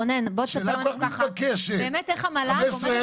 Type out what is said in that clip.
רונן בוא תספר לנו ככה באמת איך המל"ג עובד,